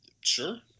Sure